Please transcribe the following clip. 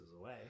away